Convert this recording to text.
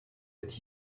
est